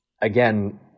again